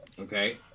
Okay